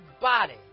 body